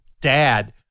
dad